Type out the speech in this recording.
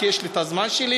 כי יש לי הזמן שלי,